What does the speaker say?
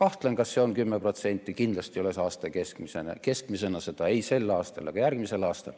kahtlen, kas see on 10%, kindlasti ei ole see aasta keskmisena seda ei sel aastal ega järgmisel aastal,